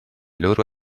loro